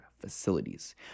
facilities